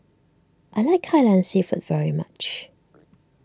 I like Kai Lan Seafood very much